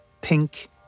pink